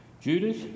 Judas